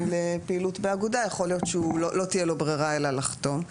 לפעילות באגודה יכול להיות שלא תהיה לו ברירה אלא לחתום.